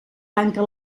tanca